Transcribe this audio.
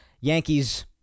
Yankees